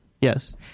Yes